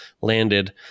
landed